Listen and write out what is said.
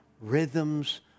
rhythms